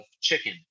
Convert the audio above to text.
chicken